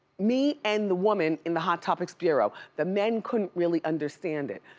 me and the woman in the hot topics bureau, the men couldn't really understand it.